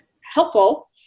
helpful